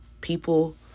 People